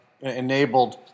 enabled